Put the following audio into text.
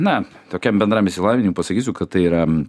na tokiam bendram išsilavinimui pasakysiu kad tai yra